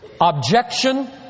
Objection